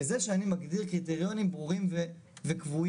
בזה שאני מגדיר קריטריונים ברורים וקבועים.